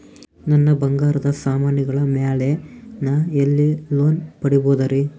ನನ್ನ ಬಂಗಾರ ಸಾಮಾನಿಗಳ ಮ್ಯಾಲೆ ನಾ ಎಲ್ಲಿ ಲೋನ್ ಪಡಿಬೋದರಿ?